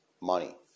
Money